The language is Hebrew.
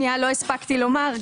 לא הספקתי לומר,